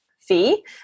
fee